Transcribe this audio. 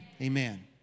Amen